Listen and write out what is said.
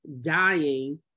dying